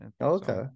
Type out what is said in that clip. Okay